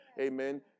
amen